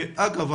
אגב,